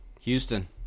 Houston